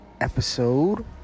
episode